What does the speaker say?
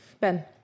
Ben